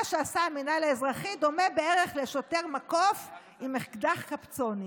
מה שעשה המינהל האזרחי דומה בערך לשוטר מקוף עם אקדח קפצונים.